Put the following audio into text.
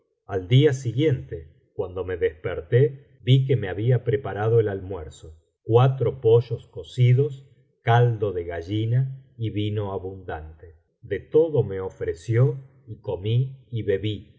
al día siguiente cuando me desperté vi que me había preparado el almuerzo cuatro pollos cocidos caldo de gallina y vino abundante de tocio me ofreció y comí y bebí